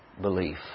Belief